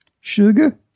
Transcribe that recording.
Sugar